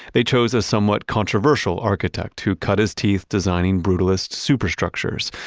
they chose a somewhat controversial architect who cut his teeth designing brutalist superstructures.